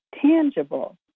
tangible